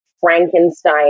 Frankenstein